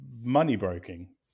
money-broking